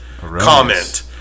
comment